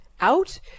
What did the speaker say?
out